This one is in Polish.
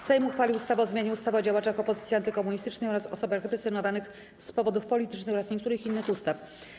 Sejm uchwalił ustawę o zmianie ustawy o działaczach opozycji antykomunistycznej oraz osobach represjonowanych z powodów politycznych oraz niektórych innych ustaw.